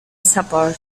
support